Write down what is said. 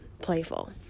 playful